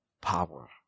power